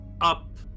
up